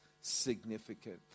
significant